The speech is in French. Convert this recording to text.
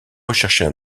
rechercher